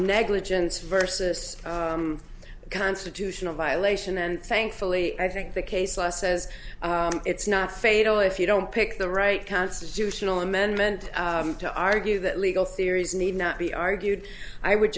negligence versus constitutional violation and thankfully i think the case law says it's not fatal if you don't pick the right constitutional amendment to argue that legal theories need not be argued i would